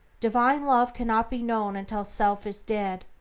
divine love cannot be known until self is dead,